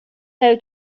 how